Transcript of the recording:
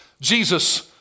Jesus